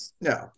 No